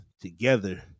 together